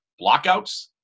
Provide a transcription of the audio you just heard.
blockouts